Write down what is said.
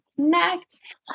Next